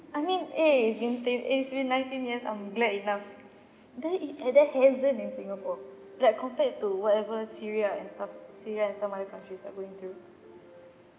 I mean eh it's been thi~ it's been nineteen years I'm glad enough then it and then hasn't in singapore like compared to whatever syria and stuff syria and some other countries are going through